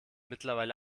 mittlerweile